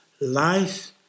life